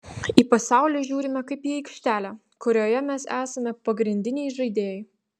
į pasaulį žiūrime kaip į aikštelę kurioje mes esame pagrindiniai žaidėjai